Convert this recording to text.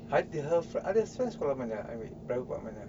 I her other friends sekolah mana private mana